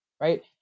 right